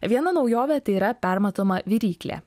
viena naujovė tai yra permatoma viryklė